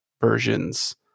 versions